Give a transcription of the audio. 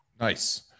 Nice